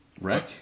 Wreck